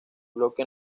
bloque